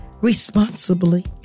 responsibly